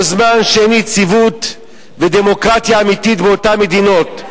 כל זמן שאין יציבות ודמוקרטיה אמיתית באותן מדינות.